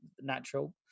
natural